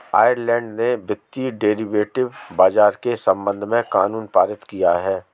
Ireland ने वित्तीय derivative बाजार के संबंध में कानून पारित किया है